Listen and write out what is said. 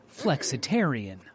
Flexitarian